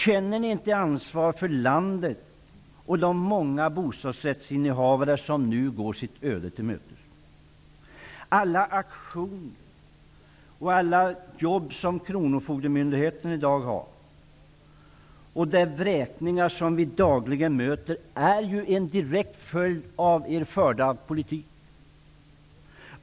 Känner ni inte ansvar för landet och för de många bostadsrättsinnehavare som nu går sitt öde till mötes? Alla aktioner, alla jobb som kronofogdemyndigheten i dag har och de vräkningar som vi dagligen möter är ju en direkt följd av er politik.